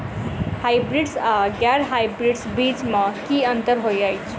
Hybrids आ गैर hybrids बीज म की अंतर होइ अछि?